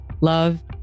love